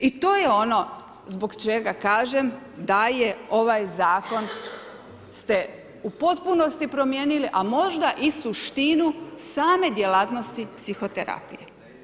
I to je ono zbog čega kažem da ovaj zakon ste u potpunosti promijenili a možda i suštinu same djelatnosti psihoterapije.